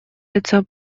лица